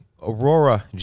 aurora